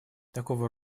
такого